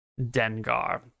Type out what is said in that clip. Dengar